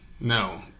no